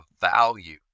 value